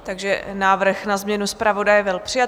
Takže návrh na změnu zpravodaje byl přijat.